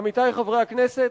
עמיתי חברי הכנסת,